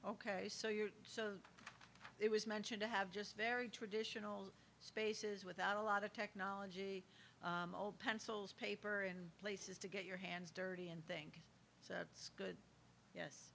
ok so you so it was mentioned to have just very traditional spaces without a lot of technology pencils paper and places to get your hands dirty and think so that's good